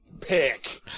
pick